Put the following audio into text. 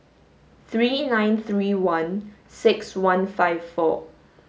three nine three one six one five four